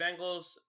Bengals